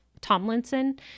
Tomlinson